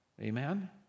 Amen